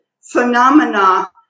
phenomena